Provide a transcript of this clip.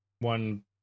one